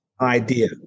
idea